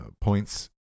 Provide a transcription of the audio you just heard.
points